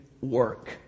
work